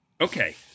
Okay